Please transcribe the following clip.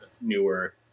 newer